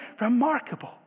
remarkable